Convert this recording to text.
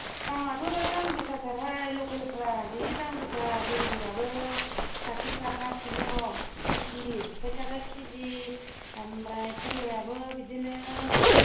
दामाथ' दा दामगोसाथारहाय लकेलफ्रा जि दामगोसा भिन्दिआबो साथि थाखा किल' केजि सायथाखा केजि ओमफ्राय फोरलायाबो बिदिनो